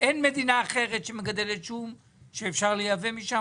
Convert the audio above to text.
אין מדינה אחרת שמגדלת שום שאפשר לייבא ממנה,